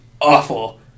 awful